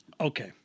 Okay